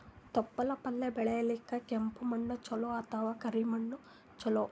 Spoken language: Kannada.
ತೊಪ್ಲಪಲ್ಯ ಬೆಳೆಯಲಿಕ ಕೆಂಪು ಮಣ್ಣು ಚಲೋ ಅಥವ ಕರಿ ಮಣ್ಣು ಚಲೋ?